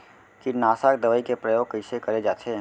कीटनाशक दवई के प्रयोग कइसे करे जाथे?